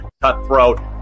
Cutthroat